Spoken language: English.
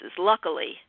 luckily